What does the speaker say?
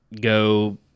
go